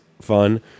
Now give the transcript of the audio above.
fun